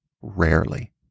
rarely